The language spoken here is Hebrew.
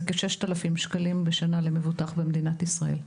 כ-6,000 שקלים בשנה למבוטח במדינת ישראל.